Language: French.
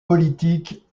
politique